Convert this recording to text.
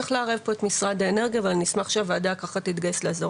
צריך לערב פה את משרד האנרגיה ואני אשמח שהוועדה תתגייס לעזור.